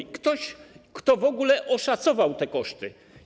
Czy ktoś w ogóle oszacował te koszty?